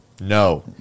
No